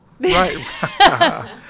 Right